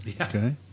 Okay